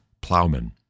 plowmen